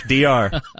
DR